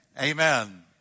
Amen